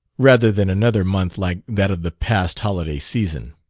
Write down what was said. rather than another month like that of the past holiday season.